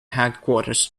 headquarters